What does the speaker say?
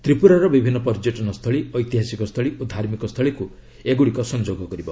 ତ୍ରିପୁରାର ବିଭିନ୍ନ ପର୍ଯ୍ୟଟନ ସ୍ଥଳୀ ଐତିହାସିକ ସ୍ଥଳୀ ଓ ଧାର୍ମିକ ସ୍ଥଳୀକୁ ଏଗୁଡ଼ିକ ସଂଯୋଗ କରିବ